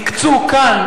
הקצו כאן,